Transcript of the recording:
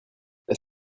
est